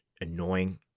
annoying